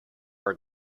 are